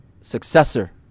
successor